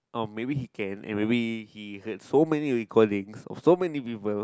um maybe he can and maybe he heard so many recordings of so many people